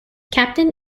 captain